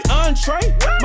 entree